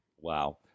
Wow